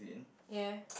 ya